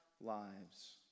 lives